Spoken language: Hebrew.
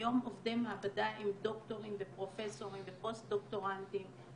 היום עובדי מעבדה הם דוקטורים ופרופסורים ופוסט דוקטורנטים,